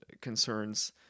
concerns